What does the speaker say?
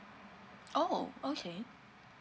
oh okay